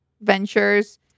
ventures